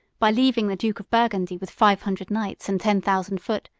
by leaving the duke of burgundy with five hundred knights and ten thousand foot,